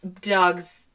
dogs